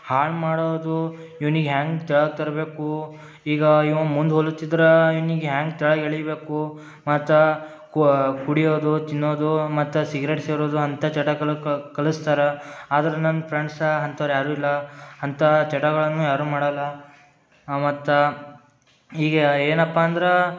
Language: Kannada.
ಹಾಳು ಮಾಡೋದು ಇವ್ನಿಗೆ ಹ್ಯಾಂಗೆ ಕೆಳಗೆ ತರಬೇಕು ಈಗ ಇವ ಮುಂದೆ ಹೋಗ್ಲತಿದ್ರ ಇವ್ನಿಗೆ ಹ್ಯಾಂಗೆ ಕೆಳಗೆ ಎಳಿಬೇಕು ಮತ್ತು ಕುಡಿಯೋದು ತಿನ್ನೋದು ಮತ್ತು ಸಿಗ್ರೇಟ್ ಸೇದೋದು ಅಂತ ಚಟಗಳ ಕಲಸ್ತಾರೆ ಆದ್ರೆ ನನ್ನ ಫ್ರೆಂಡ್ಸ್ ಅಂಥವ್ರು ಯಾರು ಇಲ್ಲ ಅಂತ ಚಟಗಳನ್ನು ಯಾರು ಮಾಡಲ್ಲ ಮತ್ತು ಈಗ ಏನಪ್ಪ ಅಂದ್ರಾ